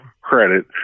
credit